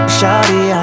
Shawty